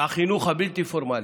החינוך הבלתי-פורמלי: